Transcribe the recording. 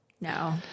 No